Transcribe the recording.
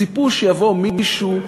ציפו שיבוא מישהו,